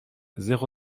zéro